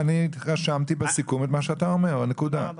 רשמתי בסיכום את מה שאתה אומר, נקודה.